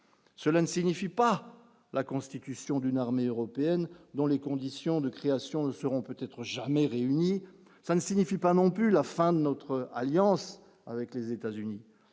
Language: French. cela ne signifie pas la constitution d'une armée européenne dans les conditions de création ne seront peut-être jamais réunie, ça ne signifie pas non plus la fin de notre alliance avec les États-Unis,